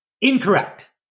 incorrect